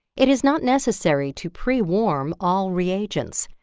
it is not necessary to pre warm all reagents.